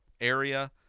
area